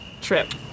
trip